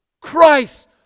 Christ